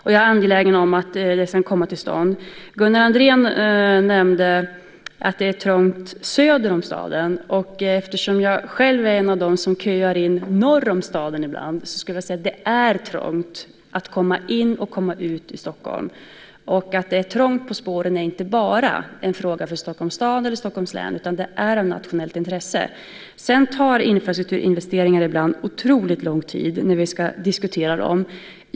Jag är angelägen om att det kan komma till stånd. Gunnar Andrén nämnde att det är trångt söder om staden. Eftersom jag själv är en av dem som ibland köar norr om staden vill jag säga att det är trångt att komma in i och komma ut ur Stockholm. Att det är trångt på spåren är inte bara en fråga för Stockholms stad eller Stockholms län, utan det är av nationellt intresse. Infrastrukturinvesteringar tar ibland otroligt lång tid när vi ska diskutera dem.